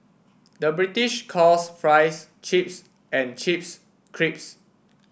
the British calls fries chips and chips creeps